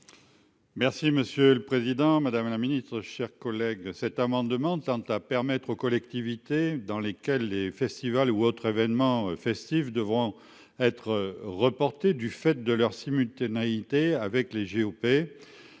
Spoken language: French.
Merci, monsieur le Président Madame la Ministre chers collègues cet amendement tend à permettre aux collectivités dans lesquelles les festivals et autres événements festifs devront être reportées du fait de leur simultanéité avec les GOP